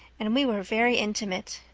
and we were very intimate.